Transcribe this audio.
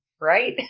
right